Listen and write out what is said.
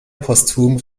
postum